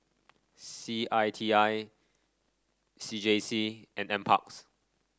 C I T I C J C and N parks